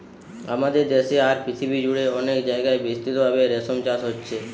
আমাদের দেশে আর পৃথিবী জুড়ে অনেক জাগায় বিস্তৃতভাবে রেশম চাষ হচ্ছে